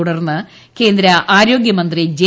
തുടർന്ന് കേന്ദ്ര ആരോഗ്യമന്ത്രി ജെ